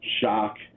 shock